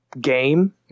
game